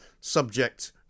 subject